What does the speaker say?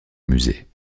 musée